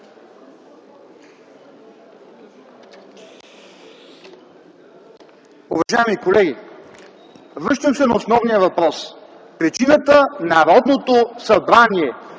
Уважаеми колеги, връщам се на основния въпрос – причината Народното събрание